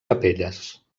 capelles